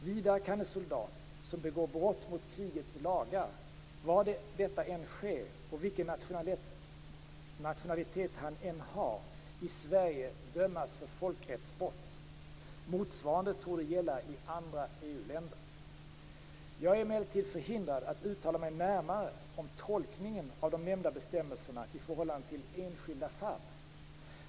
Vidare kan en soldat som begår brott mot krigets lagar, var detta än sker och vilken nationalitet han än har, i Sverige dömas för folkrättsbrott . Motsvarande torde gälla i andra EU-länder. Jag är emellertid förhindrad att uttala mig närmare om tolkningen av de nämnda bestämmelserna i förhållande till enskilda fall.